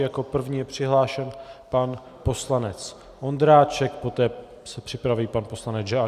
Jako první je přihlášen pan poslanec Ondráček, poté se připraví pan poslanec Žáček.